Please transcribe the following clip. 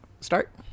start